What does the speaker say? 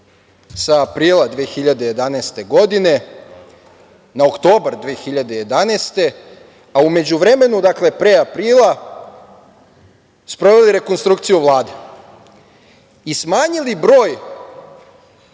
sa aprila 2011. godine na oktobar 2011. godine, a u međuvremenu pre aprila, sproveli rekonstrukciju Vlade i smanjili broj,